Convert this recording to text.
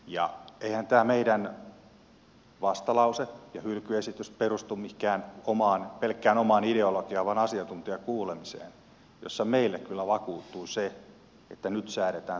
ja eihän tämä meidän vastalauseemme ja hylkyesityksemme perustu mihinkään pelkkään omaan ideologiaan vaan asiantuntijakuulemiseen jossa me kyllä vakuutuimme siitä että nyt säädetään turhaa lakia